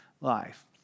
life